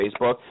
Facebook